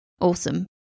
Awesome